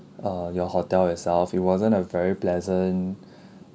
uh your hotel itself it wasn't a very pleasant